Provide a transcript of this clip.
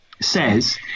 says